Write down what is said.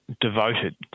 devoted